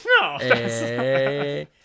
No